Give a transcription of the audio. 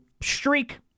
streak